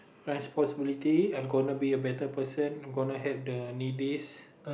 responsibility I'm gonna be a better person I'm gonna help the needys